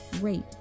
rate